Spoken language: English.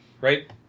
right